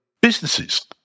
businesses